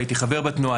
הייתי חבר בתנועה,